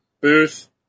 booth